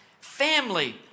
family